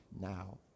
now